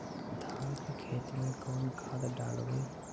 धान के खेत में कौन खाद डालबै?